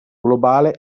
globale